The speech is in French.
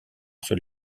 sur